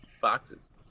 boxes